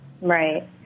Right